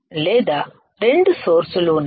లేదా రెండు సోర్స్ లు ఉన్నాయి